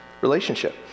Relationship